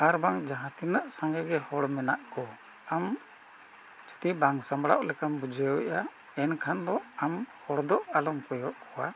ᱟᱨ ᱵᱟᱝ ᱡᱟᱦᱟᱸ ᱛᱤᱱᱟᱹᱜ ᱥᱟᱸᱜᱮ ᱜᱮ ᱦᱚᱲ ᱢᱮᱱᱟᱜ ᱠᱚ ᱟᱢ ᱡᱩᱫᱤ ᱵᱟᱝ ᱥᱟᱢᱵᱽᱲᱟᱣ ᱞᱮᱠᱟᱱ ᱵᱩᱡᱷᱟᱹᱣ ᱮᱜᱼᱟ ᱮᱱᱠᱷᱟᱱ ᱫᱚ ᱟᱢ ᱦᱚᱲ ᱫᱚ ᱟᱞᱚᱢ ᱠᱚᱭᱚᱜ ᱠᱚᱣᱟ